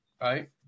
Right